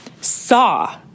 saw